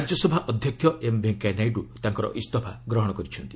ରାଜ୍ୟସଭା ଅଧ୍ୟକ୍ଷ ଏମ୍ ଭେଙ୍କୟା ନାଇଡ଼ ତାଙ୍କର ଇସ୍ତଫା ଗ୍ରହଣ କରିଛନ୍ତି